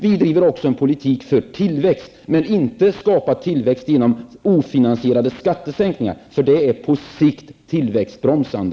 Vi driver också en politik för tillväxt, men vi vill inte skapa tillväxt genom ofinansierade skattesänkningar. Det är på sikt tillväxtbromsande.